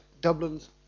Dublin's